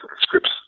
scripts